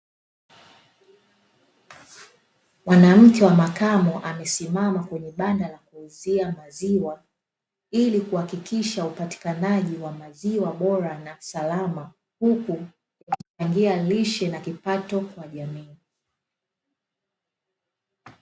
Mwanamke wa makamo amesimama kwenye banda la kuulizia maziwa, ili kuhakikisha upatikanaji wa maziwa bora na salama akichangia lishe na kipato kwa jamii.